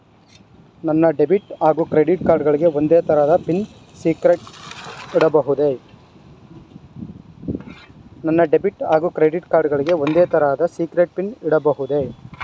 ನನ್ನ ಡೆಬಿಟ್ ಹಾಗೂ credit card ಗಳಿಗೆ ಒಂದೇ ತರಹದ ಸೀಕ್ರೇಟ್ ಪಿನ್ ಇಡಬಹುದೇ?